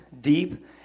deep